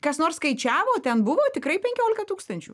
kas nors skaičiavo ten buvo tikrai penkiolika tūkstančių